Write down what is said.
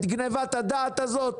את גניבת הדעת הזאת?